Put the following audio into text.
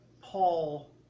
Paul